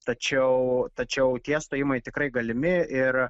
tačiau tačiau tie stojimai tikrai galimi ir